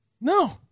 No